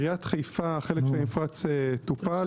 חלק מהמפרץ טופל.